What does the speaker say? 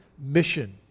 mission